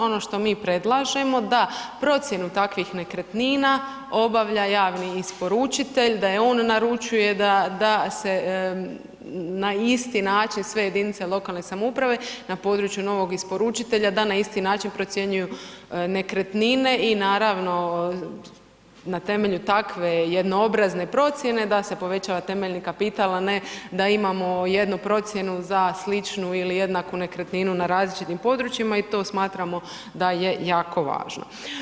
Ono što mi predlažemo da procjenu takvih nekretnina obavlja javni isporučitelj, da je on naručuje, da se na isti način sve jedinice lokalne samouprave na području novog isporučitelja, da na isti način procjenjuju nekretnine i, naravno na temelju takve jednoobrazne procjene da se poveća temeljni kapital, a ne da imamo jednu procjenu za sličnu ili jednaku nekretninu na različitim područjima i to smatramo da je jako važno.